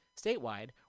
Statewide